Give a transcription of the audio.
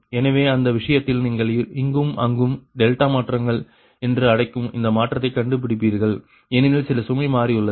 எனவே அந்த விஷயத்தில் நீங்கள் இங்கும் அங்கும் டெல்டா மாற்றங்கள் என்று அழைக்கும் அந்த மாற்றத்தை கண்டுபிடிப்பீர்கள் ஏனெனில் சில சுமை மாறியுள்ளது